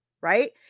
Right